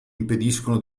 impediscono